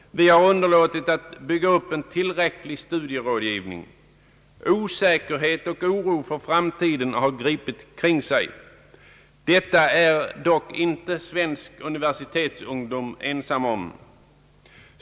Vi har underlåtit att bygga upp en tillräcklig studierådgivning. Osäkerhet och oro för framtiden har gripit omkring sig. Detta är dock inte svensk universitetsungdom ensam om.